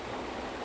mm